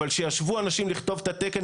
אבל כשישבו אנשים לכתוב את התקן,